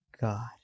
god